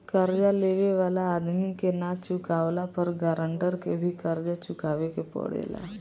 कर्जा लेवे वाला आदमी के ना चुकावला पर गारंटर के भी कर्जा चुकावे के पड़ेला